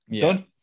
Done